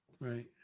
Right